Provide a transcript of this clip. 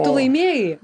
tu laimėjai